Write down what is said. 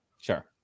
Sure